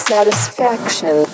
Satisfaction